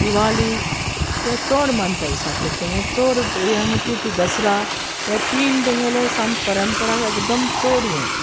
दिवाळी ते चोड मानताय सारकें थिंगां चोड हें म्हुणटा ती दसरा हे तीन तेंगेले सामके परंपरा एकदोम चोड हें